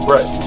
Right